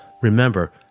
Remember